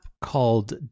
called